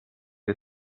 you